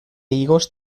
higos